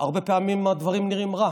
הרבה פעמים הדברים נראים רע.